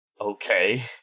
okay